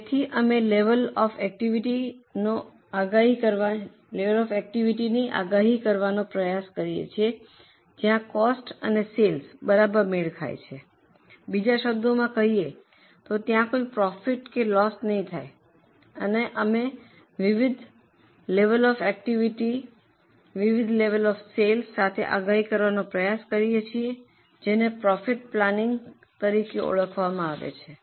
તેથી અમે level of એકટીવીટીની આગાહી કરવાનો પ્રયાસ કરીએ છીએ જ્યાં કોસ્ટ અને સેલ્સ બરાબર મેળ ખાય છે બીજા શબ્દોમાં કહીએ તો ત્યાં કોઈ પ્રોફિટ કે લોસ નહીં થાય અને અમે વિવિધ લેવલ ઑ એકટીવીટીને વિવિધ લેવલ ઑ સેલ્સની સાથે આગાહી કરવાનો પ્રયાસ કરીએ છીએ જેને પ્રોફિટ પ્લાંનિંગ તરીકે ઓળખવામાં આવે છે